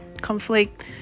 conflict